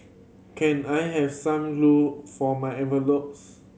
can I have some glue for my envelopes